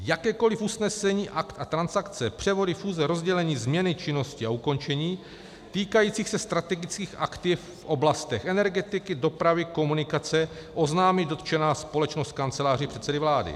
Jakékoliv usnesení a transakce, převody, fúze, rozdělení, změny činnosti a ukončení týkající se strategických aktiv v oblastech energetiky, dopravy, komunikace oznámí dotčená společnost Kanceláři předsedy vlády.